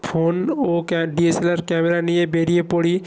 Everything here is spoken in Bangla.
ফোন ও ক্যা ডিএসএলআর ক্যামেরা নিয়ে বেরিয়ে পড়ি